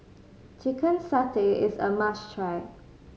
chicken satay is a must try